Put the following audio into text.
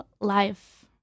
life